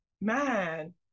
man